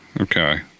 Okay